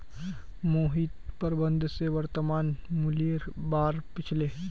मोहित प्रबंधक स वर्तमान मूलयेर बा र पूछले